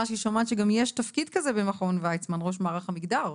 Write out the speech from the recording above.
שהיא שומעת שגם יש תפקיד כזה במכון וייצמן ראש מערך המגדר.